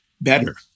better